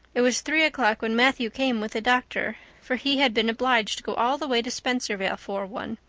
it was three o'clock when matthew came with a doctor, for he had been obliged to go all the way to spencervale for one.